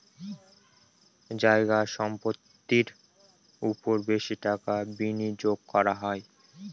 জায়গা সম্পত্তির ওপর বেশি টাকা বিনিয়োগ করা হয়